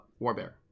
Warbear